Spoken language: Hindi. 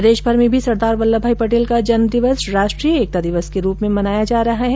प्रदेश में भी सरदार वल्लभ भाई पटेल का जन्म दिवस राष्ट्रीय एकता दिवस के रूप में मनाया जा रहा है